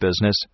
business